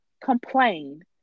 complain